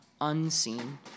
unseen